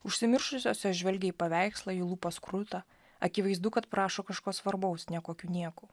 užsimiršusios jos žvelgia į paveikslą jų lūpos kruta akivaizdu kad prašo kažko svarbaus ne kokių nieko